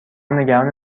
نگران